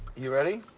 you ready?